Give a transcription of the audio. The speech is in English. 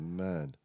man